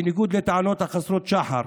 בניגוד לטענות חסרות השחר.